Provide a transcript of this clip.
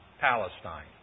Palestine